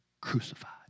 crucified